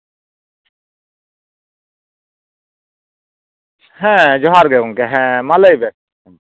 ᱦᱮᱸ ᱡᱚᱦᱟᱨ ᱜᱮ ᱜᱚᱢᱠᱮ ᱦᱮᱸ ᱢᱟ ᱞᱟᱹᱭ ᱵᱮᱱ